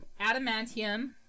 adamantium